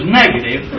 negative